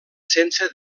sense